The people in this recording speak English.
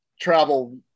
travel